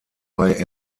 bei